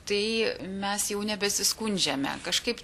tai mes jau nebesiskundžiame kažkaip